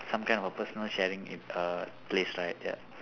some kind of personal sharing in err place right ya